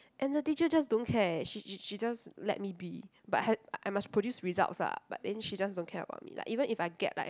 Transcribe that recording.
and the teacher just don't care she she she just let me be but had I must produce results ah but then she just don't care about me like even if I get like